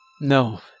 No